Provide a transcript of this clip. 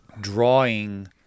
drawing